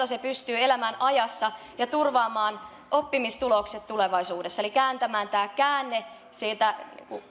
se pystyy elämään ajassa ja turvaamaan oppimistulokset tulevaisuudessa eli tekemään tämän käänteen siitä